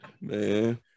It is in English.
man